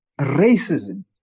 racism